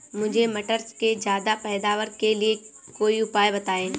मुझे मटर के ज्यादा पैदावार के लिए कोई उपाय बताए?